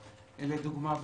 לדוגמה,